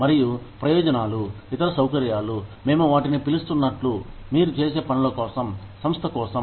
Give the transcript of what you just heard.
మరియు ప్రయోజనాలు ఇతర సౌకర్యాలు మేము వాటిని పిలుస్తున్నట్లు మీరు చేసే పనుల కోసం సంస్థ కోసం